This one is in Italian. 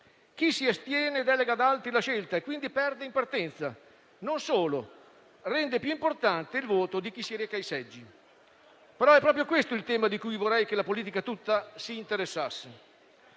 Chi si astiene delega ad altri la scelta, quindi perde in partenza; non solo, rende più importante il voto di chi si reca ai seggi. Però è proprio questo il tema di cui vorrei che la politica tutta si interessasse: